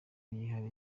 yihariye